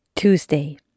Tuesday